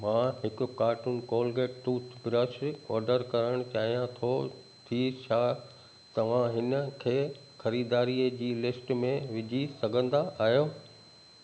मां हिकु carton Colgate toothbrush order करणु चाहियां थो थी छा तव्हां हिन खे ख़रीदारीअ जी लिस्ट में विझी सघंदा आहियो